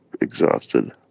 exhausted